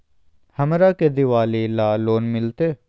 हमरा के दिवाली ला लोन मिलते?